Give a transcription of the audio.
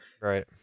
right